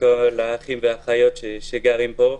לכל האחים והאחיות שגרים פה.